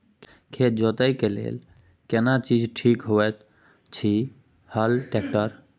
खेत के जोतय लेल केना चीज ठीक होयत अछि, हल, ट्रैक्टर?